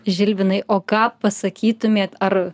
žilvinai o ką pasakytumėt ar